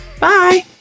bye